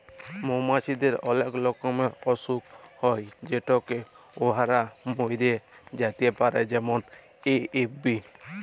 মমাছিদের অলেক রকমের অসুখ হ্যয় যেটতে উয়ারা ম্যইরে যাতে পারে যেমল এ.এফ.বি